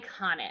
iconic